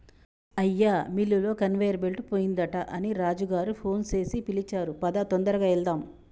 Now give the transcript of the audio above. అయ్యా మిల్లులో conveyor belt పోయిందట అని రాజు గారు ఫోన్ సేసి పిలిచారు పదా తొందరగా వెళ్దాము